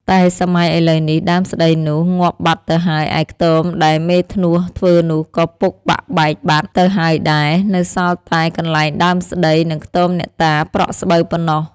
តែសម័យឥឡូវនេះ ដើមស្តីនោះ ងាប់បាត់ទៅហើយ ឯខ្ទម ដែលមេធ្នស់ធ្វើនោះ ក៏ពុកបាក់បែកបាត់ ទៅហើយដែរ នៅសល់តែកន្លែងដើមស្តី និងខ្ទមអ្នកតាប្រក់ស្បូវប៉ុណ្ណោះ។